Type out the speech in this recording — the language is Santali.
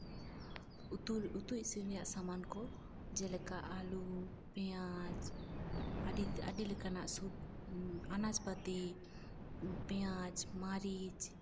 ᱩᱛᱩ ᱩᱛᱩ ᱤᱥᱤᱱ ᱨᱮᱭᱟᱜ ᱥᱟᱢᱟᱱ ᱠᱚ ᱡᱮᱞᱮᱠᱟ ᱟᱞᱩ ᱯᱮᱸᱭᱟᱡᱽ ᱟᱹᱰᱤ ᱞᱮᱠᱟᱱᱟᱜ ᱥᱚᱵ ᱟᱱᱟᱡᱯᱟᱛᱤ ᱯᱮᱸᱭᱟᱡᱽ ᱢᱟᱹᱨᱤᱡᱽ